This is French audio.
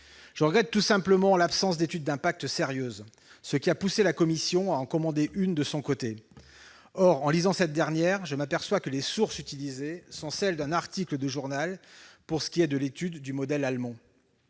Je regrette tout simplement l'absence d'étude d'impact sérieuse, ce qui a poussé la commission à en commander une de son côté. Or, en lisant cette dernière, je m'aperçois que les sources utilisées sont celles d'un article de journal relatif à l'étude du modèle allemand